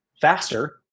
faster